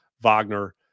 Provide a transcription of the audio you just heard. Wagner